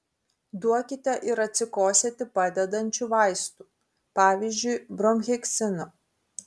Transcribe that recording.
duokite ir atsikosėti padedančių vaistų pavyzdžiui bromheksino